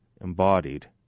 embodied